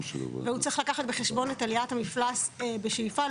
והוא צריך לקחת בחשבון את עליית המפלס בשאיפה,